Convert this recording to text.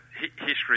history